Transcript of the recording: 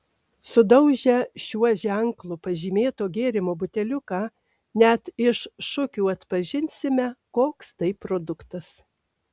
sudaužę šiuo ženklu pažymėto gėrimo buteliuką net iš šukių atpažinsime koks tai produktas